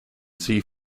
sea